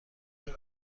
دوست